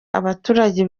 abaturage